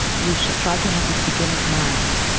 you should try to have this beginner's mind.